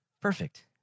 Perfect